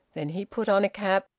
then he put on a cap,